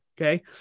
Okay